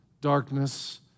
darkness